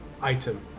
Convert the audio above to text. item